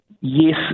Yes